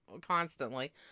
constantly